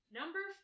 number